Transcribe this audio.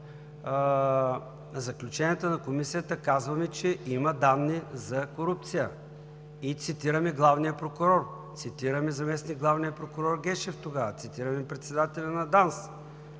заключенията на Комисията казваме, че има данни за корупция, и цитираме главния прокурор, цитираме заместник-главния прокурор Гешев тогава, цитираме председателя на ДАНС.